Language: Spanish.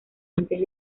antes